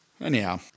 anyhow